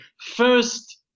first